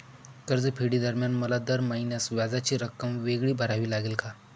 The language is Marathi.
कर्जफेडीदरम्यान मला दर महिन्यास व्याजाची रक्कम वेगळी भरावी लागेल का?